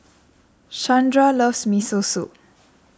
Shandra loves Miso Soup